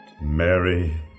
Mary